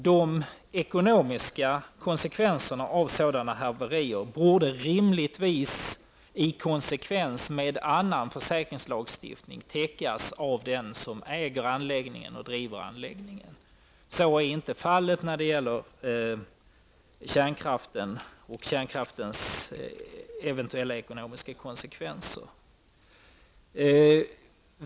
De ekonomiska konsekvenserna av sådana haverier borde rimligtvis, i konsekvens med annan försäkringslagstiftning, täckas av den som äger och driver anläggningen. Så är inte fallet när det gäller de eventuella ekonomiska konsekvenserna av kärnkraften.